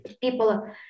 People